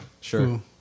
sure